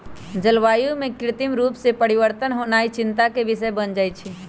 जलवायु में कृत्रिम रूप से परिवर्तन होनाइ चिंता के विषय बन जाइ छइ